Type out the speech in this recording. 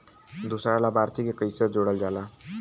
दूसरा लाभार्थी के कैसे जोड़ल जाला?